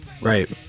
Right